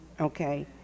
okay